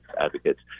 advocates